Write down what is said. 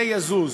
זה יזוז.